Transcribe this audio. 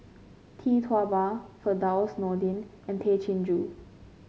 Tee Tua Ba Firdaus Nordin and Tay Chin Joo